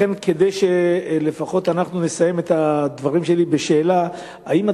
כדי שנסיים את הדברים שלי בשאלה: האם,